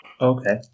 Okay